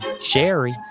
Sherry